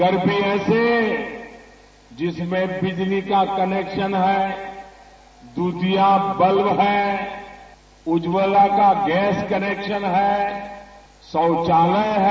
घर भी ऐसे जिसमें बिजली कनेक्शन है दूधिया बल्ब है उज्ज्वला का गैस कनेक्शन है शौचालय है